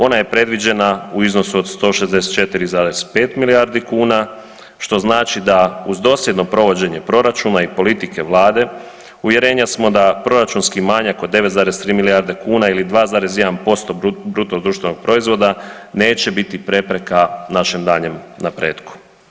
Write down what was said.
Ona je predviđena u iznosu od 164,5 milijardi kuna što znači da uz dosljedno provođenje proračuna i politike vlade uvjerenja smo da proračunski manjak od 9,3 milijarde kuna ili 2,1% bruto društvenog proizvoda neće biti prepreka našem daljnjem napretku.